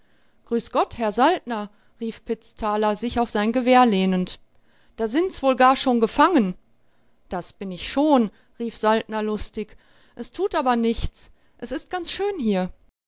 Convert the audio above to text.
grüß gott herr saltner rief pitzthaler sich auf sein gewehr lehnend da sind's wohl gar schon gefangen das bin ich schon rief saltner lustig es tut aber nichts es ist ganz schön hier